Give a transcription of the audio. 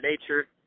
nature